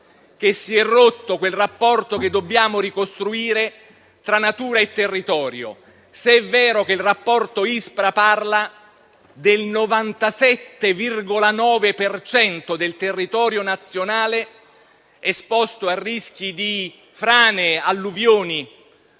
e si è rotto quel rapporto che dobbiamo ricostruire tra natura e territorio, se è vero che il rapporto ISPRA parla del 97,9 per cento del territorio nazionale esposto al rischio di frane, alluvioni